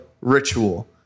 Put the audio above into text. ritual